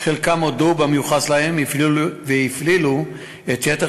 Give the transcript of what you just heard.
וחלקם הודו במיוחס להם והפלילו את יתר